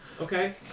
Okay